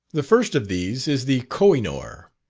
the first of these is the koh-i-noor,